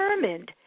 determined